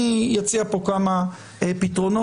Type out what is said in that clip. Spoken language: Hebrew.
אני אציע פה כמה פתרונות.